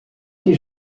que